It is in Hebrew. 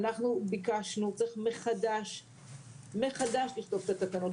אנחנו ביקשנו וצריך לכתוב מחדש את התקנות.